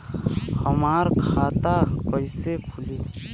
हमार खाता कईसे खुली?